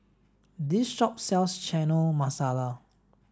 this shop sells Chana Masala